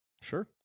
Sure